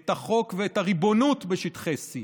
את החוק ואת הריבונות בשטחי C,